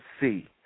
see